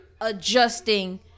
adjusting